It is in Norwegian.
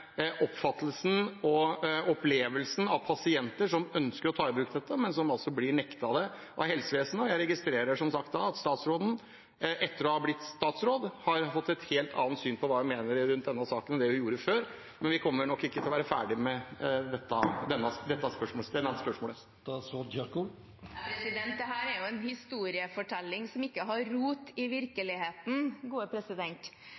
og opplevelsen hos pasienter som ønsker å ta i bruk dette, men som blir nektet det av helsevesenet. Og jeg registrerer som sagt at Kjerkol, etter å ha blitt statsråd, har fått et helt annet syn på denne saken enn hun hadde før. Vi kommer nok ikke til å bli ferdig med dette spørsmålet. Dette er en historiefortelling som ikke har rot i virkeligheten. Det jeg sa i mitt svar, og som jeg gjerne kan gjenta en tredje gang, er at type 2-diabetespasienter som har